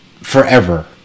forever